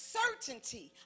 certainty